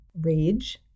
rage